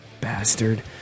bastard